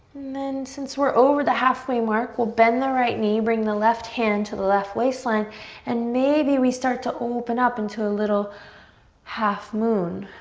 then since we're over the halfway mark, we'll bend the right knee, bring the left hand to the left waistline and maybe we start to open up into a little half moon.